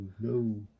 no